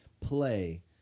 play